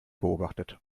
beobachtet